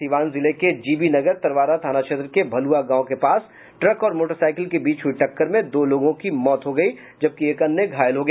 सीवान जिले के जीबीनगर तरवारा थाना क्षेत्र के भल्ञआ गांव के पास ट्रक और मोटरसाईकिल के बीच हयी टक्कर में दो लोगो की मौत हो गयी जबकि एक अन्य घायल हो गया